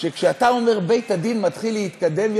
שכשאתה אומר "בית-הדין מתחיל להתקדם",